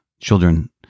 children